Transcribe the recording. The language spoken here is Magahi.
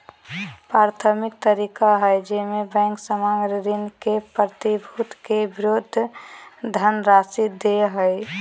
प्राथमिक तरीका हइ जेमे बैंक सामग्र ऋण के प्रतिभूति के विरुद्ध धनराशि दे हइ